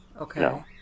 Okay